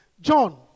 john